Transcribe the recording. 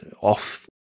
off